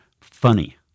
funny